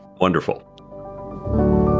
Wonderful